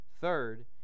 Third